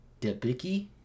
debicki